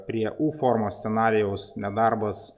prie u formos scenarijaus nedarbas